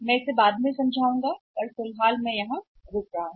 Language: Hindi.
मैं उठा लूंगा बाद के चरण में लेकिन यहाँ फिलहाल मैं रुक रहा हूँ